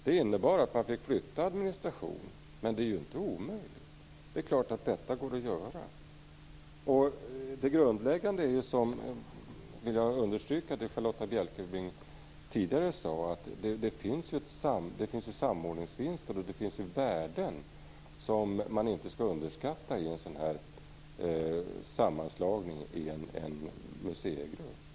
Det innebar att man fick flytta administration, men det var inte omöjligt. Detta går självfallet att göra. Jag vill understryka det Charlotta Bjälkebring tidigare sade, att det grundläggande är att det finns samordningsvinster och värden som inte skall underskattas i en sådan här sammanslagning till en museigrupp.